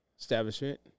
establishment